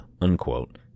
unquote